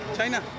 China